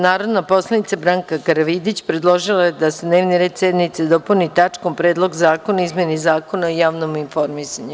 Narodna poslanica Branka Karavidić predložila je da dnevni red sednice dopuni tačkom – Predlog zakona o izmeni Zakona o javnom informisanju i medijima.